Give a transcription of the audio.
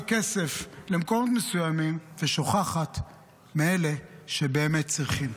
כסף למקומות מסוימים ושוכחת מאלה שבאמת צריכים.